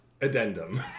addendum